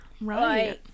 Right